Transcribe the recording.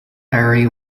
ari